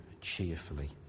cheerfully